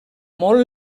molt